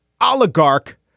oligarch